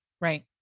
Right